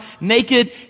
naked